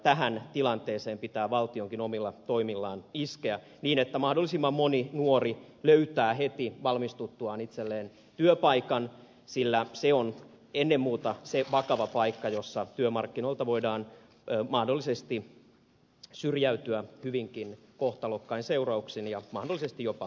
tähän tilanteeseen pitää valtionkin omilla toimillaan iskeä niin että mahdollisimman moni nuori löytää heti valmistuttuaan itselleen työpaikan sillä se on ennen muuta se vakava paikka jossa työmarkkinoilta voidaan mahdollisesti syrjäytyä hyvinkin kohtalokkain seurauksin ja jopa pysyvästikin